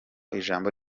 ijambo